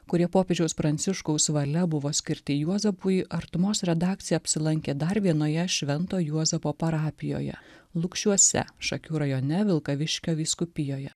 kurie popiežiaus pranciškaus valia buvo skirti juozapui artumos redakcija apsilankė dar vienoje švento juozapo parapijoje lukšiuose šakių rajone vilkaviškio vyskupijoje